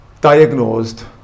diagnosed